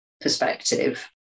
perspective